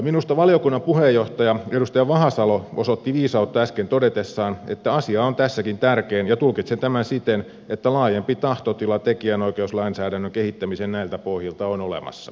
minusta valiokunnan puheenjohtaja edustaja vahasalo osoitti viisautta äsken todetessaan että asia on tässäkin tärkein ja tulkitsen tämän siten että laajempi tahtotila tekijänoikeuslainsäädännön kehittämiseen näiltä pohjilta on olemassa